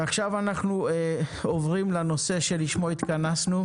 עכשיו אנחנו עוברים לנושא הבא: